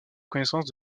connaissance